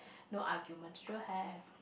no argument sure have